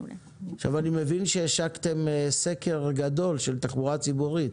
אני מבין שאתמול השקתם סקר גדול של תחבורה ציבורית.